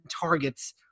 targets